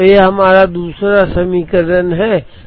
तो यह हमारा दूसरा समीकरण है जो यह है